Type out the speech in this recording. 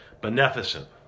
Beneficent